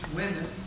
women